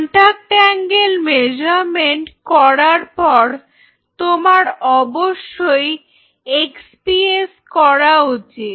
contact angle measurement করার পর তোমার অবশ্যই এক্সপিএস করা উচিত